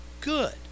good